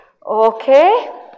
Okay